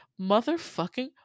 Motherfucking